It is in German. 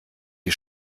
die